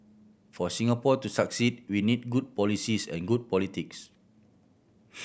for Singapore to succeed we need good policies and good politics